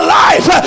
life